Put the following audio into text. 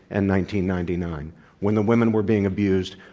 and ninety nine ninety nine when the women were being abused,